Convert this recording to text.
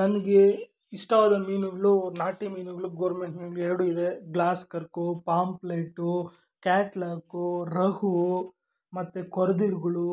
ನನಗೆ ಇಷ್ಟವಾದ ಮೀನುಗಳು ನಾಟಿ ಮೀನುಗಳು ಗೋರ್ಮೆಂಟ್ ಮೀನುಗ್ಳು ಎರಡೂ ಇವೆ ಗ್ಲಾಸ್ ಕರ್ಕು ಪಾಂಪ್ಲೆಟ್ಟು ಕ್ಯಾಟ್ಲಾಕು ರಹು ಮತ್ತು ಕೊರ್ದಿಲ್ಗಳು